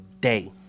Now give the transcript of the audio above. day